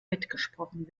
mitgesprochen